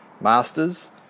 Masters